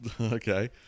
Okay